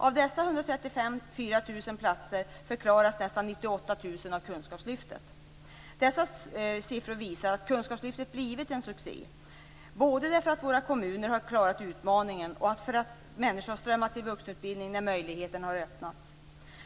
Av dessa 134 000 platser förklaras nästan 98 000 Dessa siffror visar att kunskapslyftet blivit en succé både därför att våra kommuner klarat utmaningen och därför att människor har strömmat till vuxenutbildningen när möjligheterna har öppnats.